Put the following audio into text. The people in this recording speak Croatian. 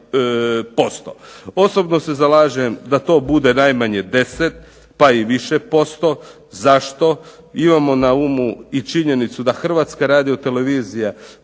Osobno se zalažem da to bude najmanje 10 pa i više posto. Zašto? Imajmo na umu i činjenicu da Hrvatska radio-televizija